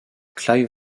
clive